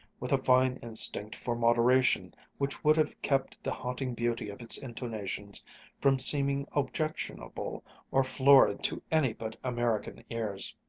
with a fine instinct for moderation which would have kept the haunting beauty of its intonations from seeming objectionable or florid to any but american ears.